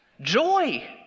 Joy